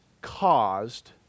caused